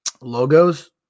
logos